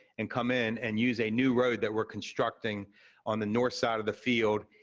and come in and use a new road that we're constructing on the north side of the field,